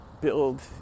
build